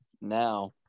now